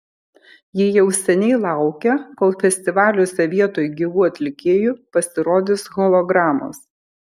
jie jau seniai laukia kol festivaliuose vietoj gyvų atlikėjų pasirodys hologramos